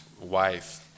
wife